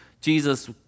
Jesus